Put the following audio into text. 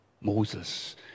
Moses